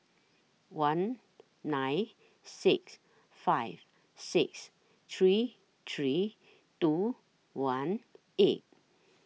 one nine six five six three three two one eight